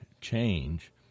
change